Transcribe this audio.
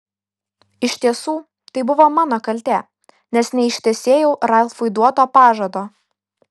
iš tiesų tai buvo mano kaltė nes neištesėjau ralfui duoto pažado